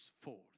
forth